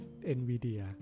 NVIDIA